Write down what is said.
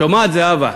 שומעת, זהבה?